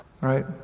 right